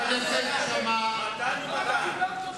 מתן ומתן.